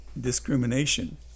discrimination